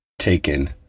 taken